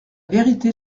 vérité